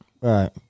Right